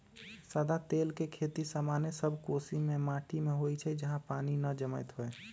सदा तेल के खेती सामान्य सब कीशिम के माटि में होइ छइ जहा पानी न जमैत होय